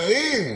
קארין,